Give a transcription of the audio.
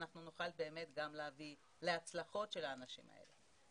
אנחנו נוכל באמת להביא להצלחות של האנשים האלה.